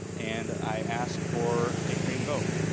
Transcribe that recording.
and i asked for a green vote.